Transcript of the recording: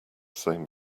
same